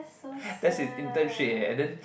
that's his internship eh and then